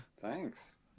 thanks